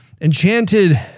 enchanted